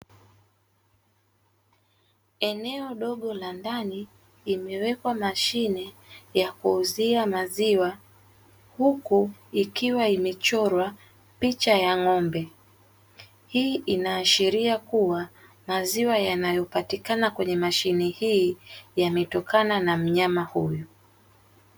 Eneo dogo la ndani limewekwa mashine ya kuuzia maziwa huku likiwa ikiwa imechorwa picha ya ng'ombe hii inaashiria kuwa maziwa yanayopatina kwenye mashine hii yanatokana na mnyama huyu.